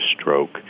stroke